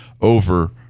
over